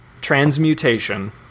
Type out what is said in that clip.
transmutation